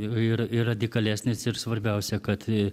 ir ir radikalesnis ir svarbiausia kad